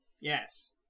Yes